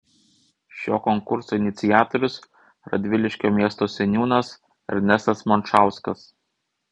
šio konkurso iniciatorius radviliškio miesto seniūnas ernestas mončauskas